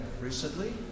recently